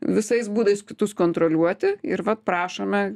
visais būdais kitus kontroliuoti ir vat prašome